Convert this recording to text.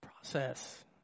process